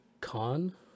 con